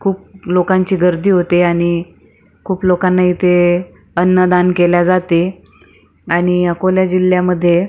खूप लोकांची गर्दी होते आणि खूप लोकांना इथे अन्नदान केले जाते आणि अकोला जिल्ह्यामध्ये